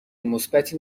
مثبتی